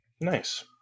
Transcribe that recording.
nice